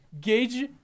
Gage